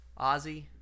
Ozzy